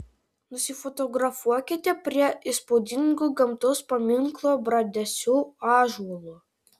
nusifotografuokite prie įspūdingo gamtos paminklo bradesių ąžuolo